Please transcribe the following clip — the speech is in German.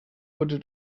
wurde